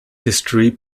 history